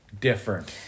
different